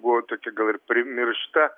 buvo tokia gal ir primiršta